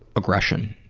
aggression?